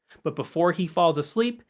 but, before he falls asleep,